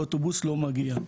אוטובוס לא מגיע.